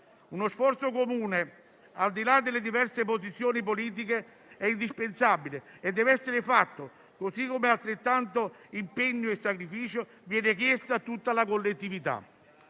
Uno sforzo comune, al di là delle diverse posizioni politiche, è indispensabile e deve essere fatto, così come altrettanto impegno e sacrificio vengano chiesti a tutta la collettività.